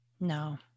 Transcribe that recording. no